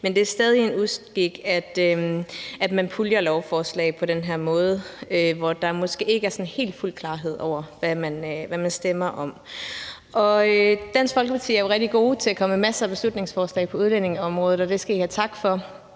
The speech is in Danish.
men det er stadig en uskik, at man puljer lovforslag på den her måde, hvor der måske ikke er helt fuld klarhed over, hvad man stemmer om. Dansk Folkeparti er jo rigtig gode til at komme med masser af beslutningsforslag på udlændingeområdet, og det skal I have tak for.